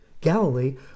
Galilee